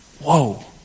Whoa